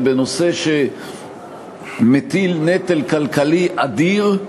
נושא שמטיל נטל כלכלי אדיר,